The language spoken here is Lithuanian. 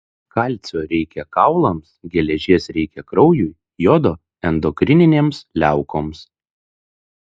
kalcio reikia kaulams geležies reikia kraujui jodo endokrininėms liaukoms